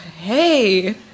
hey